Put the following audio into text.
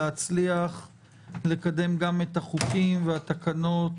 להצליח לקדם גם את החוקים ואת התקנות